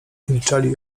milczeli